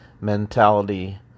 mentality